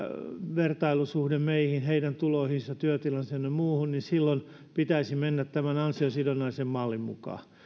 vertailusuhde meihin heidän tulonsa työtilansa ynnä muu niin silloin pitäisi mennä tämän ansiosidonnaisen mallin mukaan